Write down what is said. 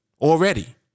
already